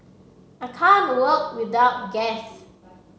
I can't work without gas